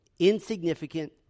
Insignificant